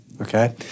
Okay